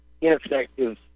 ineffective